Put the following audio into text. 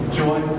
joy